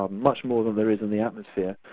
ah much more than there is in the atmosphere,